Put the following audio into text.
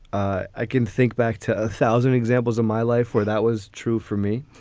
i can think back to a thousand examples in my life where that was true for me.